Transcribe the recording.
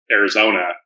Arizona